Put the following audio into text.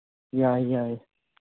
ꯌꯥꯏ ꯌꯥꯏ